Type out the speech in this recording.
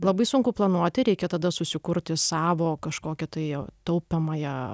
labai sunku planuoti reikia tada susikurti savo kažkokią tai taupomąją